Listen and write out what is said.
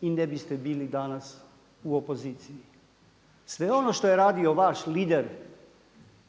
i ne biste bili danas u opoziciji. Sve ono što je radio vaš lider